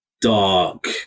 dark